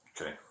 Okay